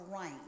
rain